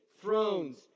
thrones